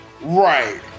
Right